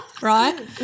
Right